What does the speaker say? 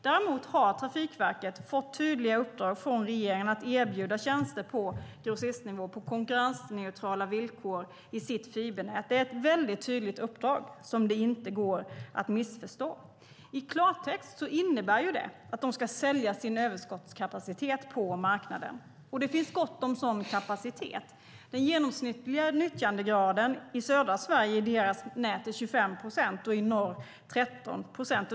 Däremot har Trafikverket fått tydliga uppdrag från regeringen att erbjuda tjänster på grossistnivå på konkurrensneutrala villkor i sitt fibernät. Det är ett tydligt uppdrag som inte kan missförstås. I klartext innebär detta att Trafikverket ska sälja sin överskottskapacitet på marknaden. Det finns gott om sådan kapacitet. Den genomsnittliga nyttjandegraden i nätet i södra Sverige är 25 procent och i norr 13 procent.